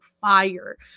fire